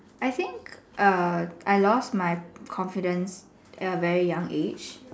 I think err I lost my confidence at a very young age